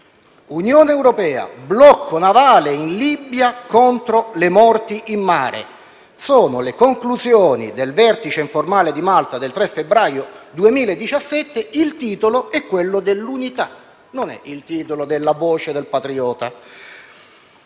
Unione europea, blocco navale in Libia contro le morti in mare. Queste sono le conclusioni del vertice informale di Malta del 3 febbraio 2017; il titolo è quello de "l'Unità" e non della "Voce del Patriota".